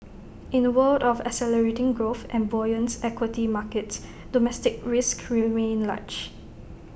in A world of accelerating growth and buoyant equity markets domestic risks remain large